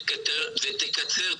ותקצר תהליכים.